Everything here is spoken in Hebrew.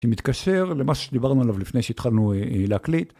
שמתקשר למה שדיברנו עליו לפני שהתחלנו להקליט.